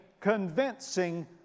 convincing